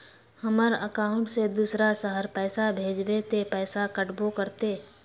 हमर अकाउंट से दूसरा शहर पैसा भेजबे ते पैसा कटबो करते?